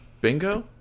Bingo